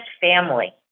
family